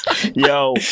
yo